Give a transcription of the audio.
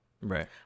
Right